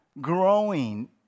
growing